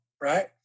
right